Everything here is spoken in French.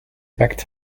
back